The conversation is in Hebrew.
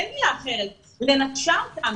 אין מילה אחרת ל"נטשה אותם".